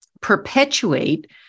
perpetuate